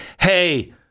hey